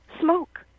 smoke